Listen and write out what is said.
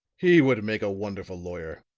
he would make a wonderful lawyer,